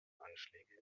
anschläge